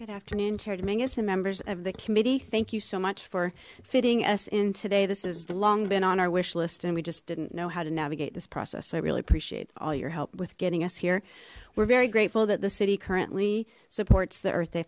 and members of the committee thank you so much for fitting us in today this has long been on our wish list and we just didn't know how to navigate this process so i really appreciate all your help with getting us here we're very grateful that the city currently supports the earth day